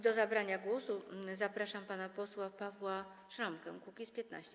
Do zabrania głosu zapraszam pana posła Pawła Szramkę, Kukiz’15.